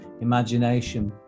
imagination